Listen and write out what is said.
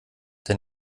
der